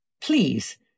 Please